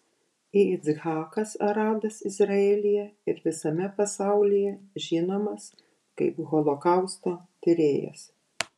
yitzhakas aradas izraelyje ir visame pasaulyje žinomas kaip holokausto tyrėjas